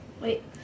Wait